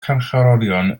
carcharorion